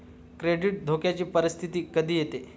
credit धोक्याची परिस्थिती कधी येते